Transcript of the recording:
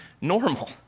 normal